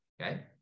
Okay